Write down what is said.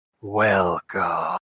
welcome